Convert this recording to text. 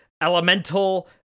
elemental